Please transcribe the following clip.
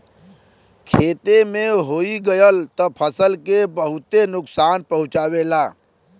खेते में होई गयल त फसल के बहुते नुकसान पहुंचावेला